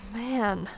man